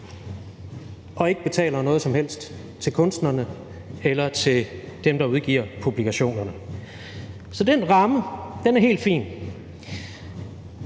og ikke betaler noget som helst til kunstnerne eller til dem, der udgiver publikationerne. Så den ramme er helt fin.